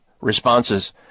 responses